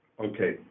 Okay